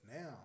now